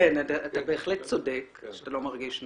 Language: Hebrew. אתה בהחלט צודק שאתה לא מרגיש נוח.